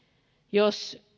jos